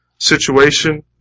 situation